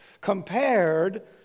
compared